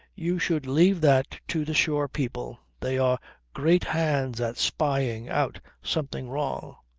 you should leave that to the shore people. they are great hands at spying out something wrong.